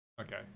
Okay